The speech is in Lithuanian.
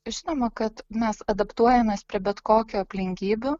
žinoma kad mes adaptuojamės prie bet kokio aplinkybių